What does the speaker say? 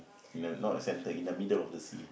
no not center in the middle off the sea